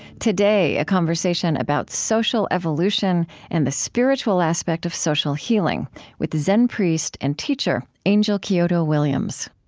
today, a conversation about social evolution and the spiritual aspect of social healing with zen priest and teacher, angel kyodo williams